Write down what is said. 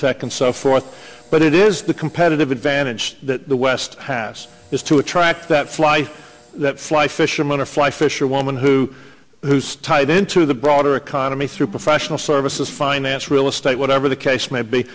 tech and so forth but it is the competitive advantage that the west has is to attract that fly fly fisherman or fly fish or woman who who's tied into the broader economy through professional services finance real estate whatever the case may be